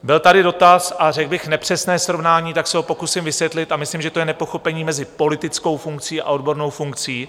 Byl tady dotaz, a řekl bych nepřesné srovnání, tak se ho pokusím vysvětlit a myslím, že to je nepochopení mezi politickou funkcí a odbornou funkcí.